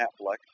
Netflix